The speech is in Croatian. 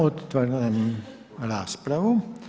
Otvaram raspravu.